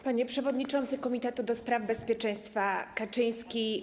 Panie Przewodniczący Komitetu ds. ezpieczeństwa Kaczyński!